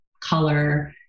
color